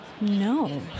No